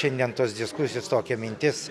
šiandien tos diskusijos tokia mintis